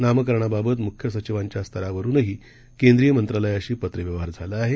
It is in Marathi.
नामकरणाबाबतमुख्यसचिवांच्यास्तरावरूनहीकेंद्रीयमंत्रालयाशीपत्रव्यवहारझालाआहे